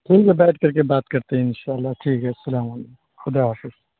ٹھیک ہے بیٹھ کر کے بات کرتے ہیں ان شاء اللہ ٹھیک ہے السلام علیکم خدا حافظ